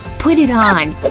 put it on! but